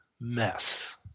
mess